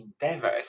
endeavors